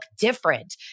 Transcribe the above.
different